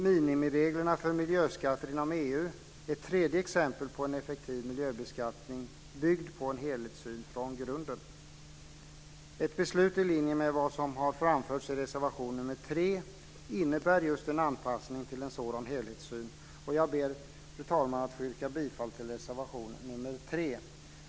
Minimireglerna för miljöskatter inom EU är ett tredje exempel på en effektiv miljöbeskattning byggd på en helhetssyn från grunden. Ett beslut i linje med vad som har framförts i reservation nr 3 innebär just en anpassning till en sådan helhetssyn. Jag ber, fru talman, att få yrka bifall till reservation nr 3.